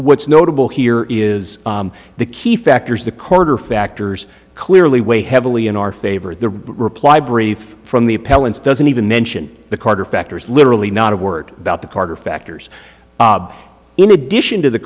what's notable here is the key factors the quarter factors clearly weigh heavily in our favor the reply brief from the appellant's doesn't even mention the quarter factor is literally not a word about the carter factors in addition to the